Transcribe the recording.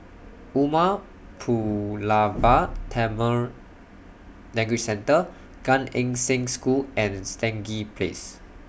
Umar Pulavar Tamil Language Centre Gan Eng Seng School and Stangee Place